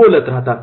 बोलत राहतात